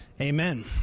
amen